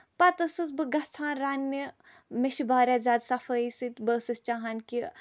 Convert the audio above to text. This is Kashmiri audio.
پَتہٕ ٲسٕس بہٕ گژھان رَننہِ مےٚ چھُ واریاہ زیادٕ صفٲیی سۭتۍ بہٕ ٲسٕس چاہان کہِ